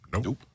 Nope